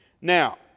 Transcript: Now